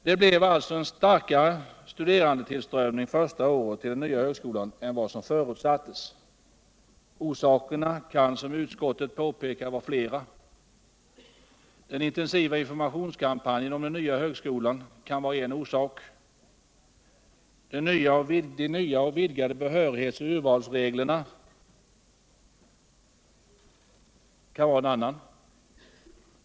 Det blev alltså en starkare studerandetillströmning första året till den nya högskolan än vad som förutsattes. Orsakerna kan, som utskottet påpekar. 105 vara flera. Den intensiva informationskampanjen om den nya högskolan kan vara en orsak. De nya och vidgade behörighets och urvalsreglerna kan vara en annan.